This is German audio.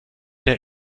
der